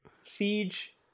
siege